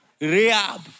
Rehab